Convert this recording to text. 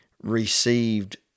received